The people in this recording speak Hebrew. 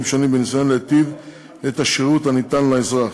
שונים בניסיון להיטיב את השירות הניתן לאזרח,